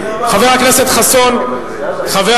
חבר הכנסת יואל חסון,